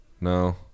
No